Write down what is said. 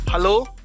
Hello